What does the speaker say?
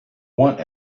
want